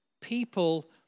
people